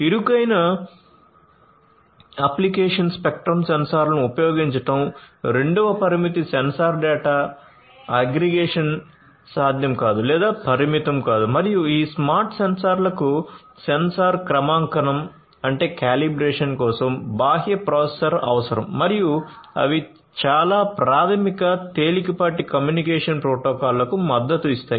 ఇరుకైన application spectrum సెన్సార్లను ఉపయోగించడం రెండవ పరిమితి సెన్సార్ డేటా అగ్రిగేషన్ సాధ్యం కాదు లేదా పరిమితం కాదు మరియు ఈ స్మార్ట్ సెన్సార్లకు సెన్సార్ క్రమాంకనం కోసం బాహ్య ప్రాసెసర్ అవసరం మరియు అవి చాలా ప్రాథమిక తేలికపాటి కమ్యూనికేషన్ ప్రోటోకాల్లకు మద్దతు ఇస్తాయి